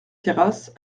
terrasse